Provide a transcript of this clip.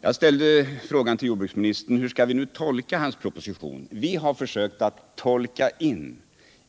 Jag frågade jordbruksministern hur vi skulle tolka hans proposition. Vi har försökt att tolka in